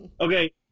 okay